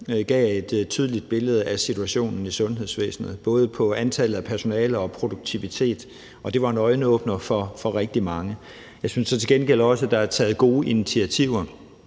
gav et tydeligt billede af situationen i sundhedsvæsenet, både i forhold til antallet af personale og produktivitet, og det var en øjenåbner for rigtig mange. Jeg synes så til gengæld også, at der er taget gode initiativer,